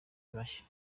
bashya